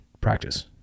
practice